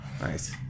Nice